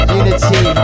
unity